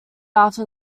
after